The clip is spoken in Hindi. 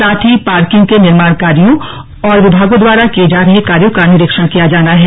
साथ ही पार्किंग के निर्माण कार्यो और विभागों द्वारा किये जा रहे कार्यो का निरीक्षण किया जाना है